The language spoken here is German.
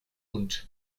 und